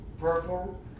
purple